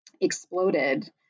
exploded